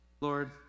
Lord